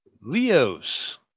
Leos